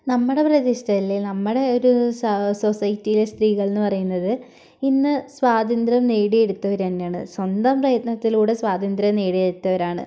നമ്മുടെ പ്രദേശത്തെ അല്ലെങ്കിൽ നമ്മുടെ ഒരു സൊസൈറ്റിലെ സ്ത്രീകൾ എന്നു പറയുന്നത് ഇന്ന് സ്വാതന്ത്ര്യം നേടിയെടുത്തവർ തന്നെ ആണ് സ്വന്തം പ്രയത്നത്തിലൂടെ സ്വാതന്ത്ര്യം നേടിയെടുത്തവരാണ്